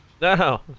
No